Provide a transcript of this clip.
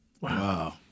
Wow